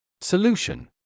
Solution